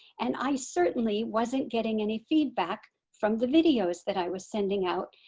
and i certainly wasn't getting any feedback from the videos that i was sending out.